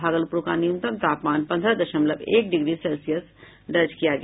भागलपुर का न्यूनतम तापमान पन्द्रह दशमलव एक डिग्री सेल्सियस दर्ज किया गया